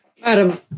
Madam